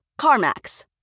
CarMax